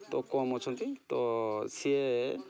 ତ କମ୍ ଅଛନ୍ତି ତ ସେ